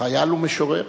חייל ומשורר.